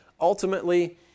Ultimately